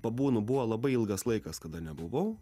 pabūnu buvo labai ilgas laikas kada nebuvau